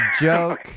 joke